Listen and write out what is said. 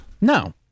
No